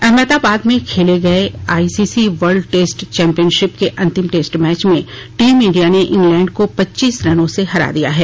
अहमदाबाद में खेले गए आईसीसी वर्ल्ड टेस्ट चैपियनशिप के अंतिम टेस्ट मैच में टीम इंडिया ने इंग्लैंड को पच्चीस रनों से हरा दिया है